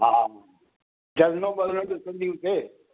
हा हा झरनो ॿरनो बि ॾिसंदी हुते